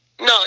no